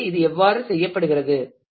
எனவே இது எவ்வாறு செய்யப்படுகிறது